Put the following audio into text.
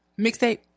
Mixtape